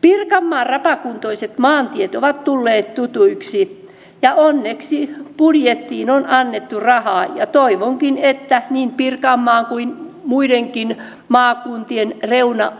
pirkanmaan rapakuntoiset maantiet ovat tulleet tutuiksi ja onneksi budjettiin on annettu rahaa ja toivonkin että niin pirkanmaan kuin muidenkin maakuntien